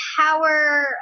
power